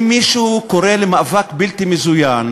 אם מישהו קורא למאבק בלתי מזוין,